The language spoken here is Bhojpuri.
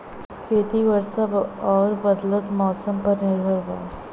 खेती वर्षा और बदलत मौसम पर निर्भर बा